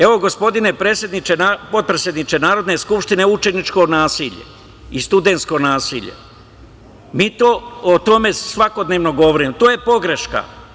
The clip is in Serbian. Evo, gospodine potpredsedniče Narodne skupštine, učeničko nasilje i studentsko nasilje, o tome svakodnevno govorimo, to je pogreška.